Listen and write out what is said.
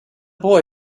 boy